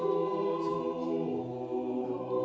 who